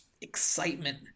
excitement